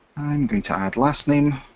i'm going to add lastname,